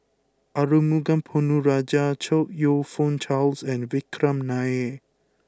Arumugam Ponnu Rajah Chong you Fook Charles and Vikram Nair